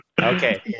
okay